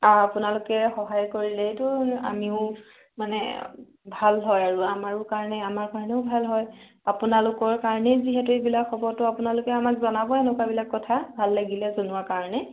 আ আপোনালোকে সহায় কৰিলেইতো আমিও মানে ভাল হয় আৰু আমাৰো কাৰণে আমাৰ কাৰণেও ভাল হয় আপোনালোকৰ কাৰণেই যিহেতু এইবিলাক হ'ব তো আপোনালোকে আমাক জনাব এনেকুৱাবিলাক কথা ভাল লাগিলে জনোৱাৰ কাৰণে